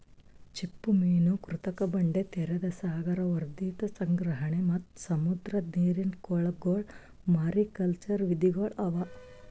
ಚಿಪ್ಪುಮೀನು, ಕೃತಕ ಬಂಡೆ, ತೆರೆದ ಸಾಗರ, ವರ್ಧಿತ ಸಂಗ್ರಹಣೆ ಮತ್ತ್ ಸಮುದ್ರದ ನೀರಿನ ಕೊಳಗೊಳ್ ಮಾರಿಕಲ್ಚರ್ ವಿಧಿಗೊಳ್ ಅವಾ